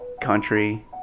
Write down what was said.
country